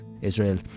Israel